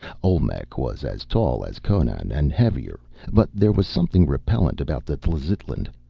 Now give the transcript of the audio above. olmec was as tall as conan, and heavier but there was something repellent about the tlazitlan,